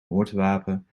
moordwapen